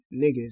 niggas